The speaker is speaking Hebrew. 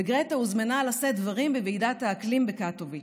וגרטה הוזמנה לשאת דברים בוועידת האקלים בקטוביץ.